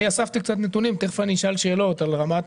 אני אספתי קצת נתונים ותכף אני אשאל שאלות על רמת